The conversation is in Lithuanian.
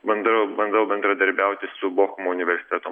bandau bandau bendradarbiauti su bochumo universiteto